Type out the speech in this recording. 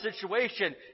situation